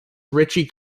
richie